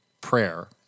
prayer